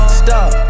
stop